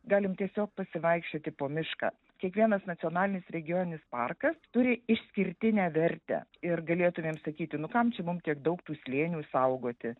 galim tiesiog pasivaikščioti po mišką kiekvienas nacionalinis regioninis parkas turi išskirtinę vertę ir galėtumėm sakyti nu kam čia mum tiek daug tų slėnių saugoti